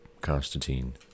Constantine